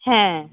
হ্যাঁ